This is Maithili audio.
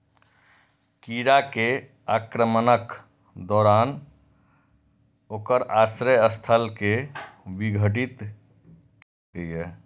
कीड़ा के आक्रमणक दौरान ओकर आश्रय स्थल कें विघटित कैल जा सकैए